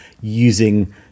using